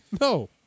No